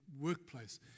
workplace